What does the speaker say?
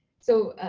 so